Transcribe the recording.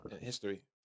history